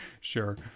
Sure